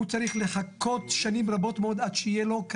הוא צריך לחכות שנים רבות מאוד עד שיהיה לו,